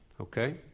Okay